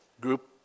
group